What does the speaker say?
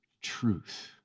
truth